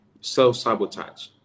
self-sabotage